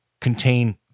contain